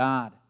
God